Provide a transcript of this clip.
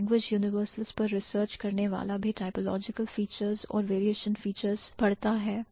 एक language universals पर research करने वाले को भी typological features और variation features पढ़ने पढ़ते हैं